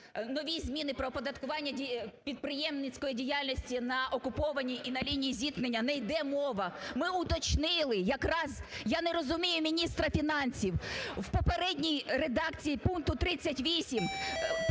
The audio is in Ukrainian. нові зміни про оподаткування підприємницької діяльності на окупованій і на лінії зіткнення не йде мова. Ми уточнили якраз, я не розумію міністра фінансів: в попередній редакції пункту 38